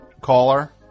Caller